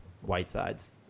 Whitesides